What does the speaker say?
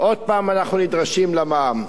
עוד פעם אנחנו נדרשים למע"מ.